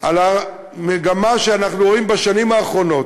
על המגמה שאנחנו רואים בשנים האחרונות,